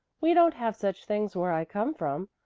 we don't have such things where i come from.